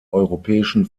europäischen